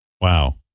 Wow